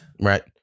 Right